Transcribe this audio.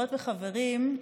חברות וחברים,